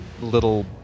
little